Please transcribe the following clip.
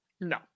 No